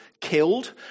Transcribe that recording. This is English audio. killed